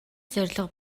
зорилго